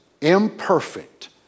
imperfect